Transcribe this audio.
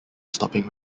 stopping